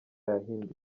yahindutse